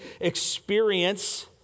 experience